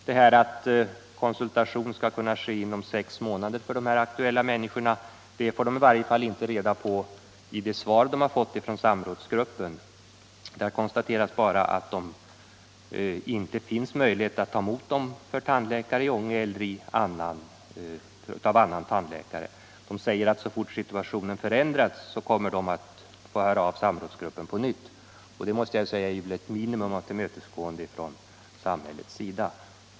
Detta att konsultation skall kunna ske inom sex månader för de människor som nu är aktuella meddelas i varje fall inte i det svar som de har fått från samrådsgruppen. Där konstateras bara att tandläkare i Ånge eller tandläkare på annan plats inte har några möjligheter att ta emot dem. Det sägs att så fort situationen har ändrats kommer dessa människor att få höra av samrådsgruppen på nytt, och det måste jag säga är ett minimum av tillmötesgående från samhällets sida.